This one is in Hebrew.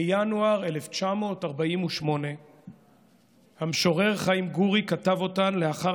בינואר 1948. המשורר חיים גורי כתב אותן לאחר